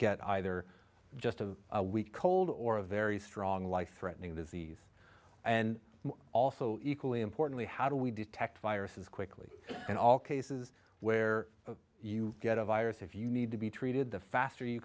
get either just a week old or a very strong life threatening disease and also equally importantly how do we detect viruses quickly in all cases where you get a virus if you need to be treated the faster you